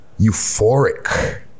Euphoric